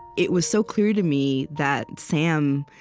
it was so clear to me that sam,